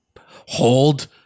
hold